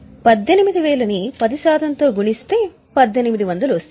18000 ని 10 శాతం తో గుణిస్తే 1800 వస్తుంది